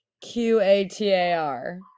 Q-A-T-A-R